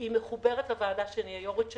שהיא מחוברת לוועדה שאני היו"רית שלה,